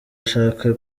ashaka